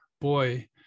boy